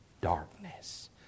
darkness